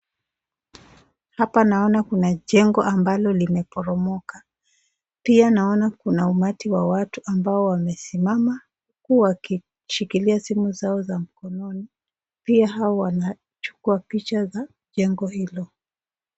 Hapa naona kuna chengo yenye imeboromoka pia kuna umati wa watu ambao wamesimama wakishughulikia simu zao mikononi pia hawa wanachukua picha ya chengo hilo.